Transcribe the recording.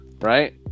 right